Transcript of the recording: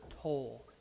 toll